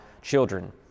children